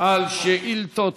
על שאילתות